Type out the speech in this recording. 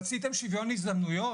רציתם שוויון הזדמנויות,